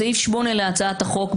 --- בסעיף 8 להצעת החוק,